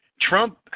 Trump